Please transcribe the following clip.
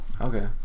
Okay